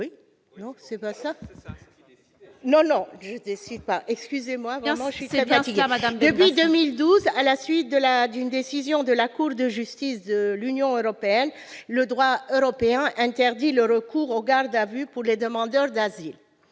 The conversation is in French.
Depuis 2012, à la suite d'une décision de la Cour de justice de l'Union européenne, le droit européen interdit le recours aux gardes à vue pour les demandeurs d'asile.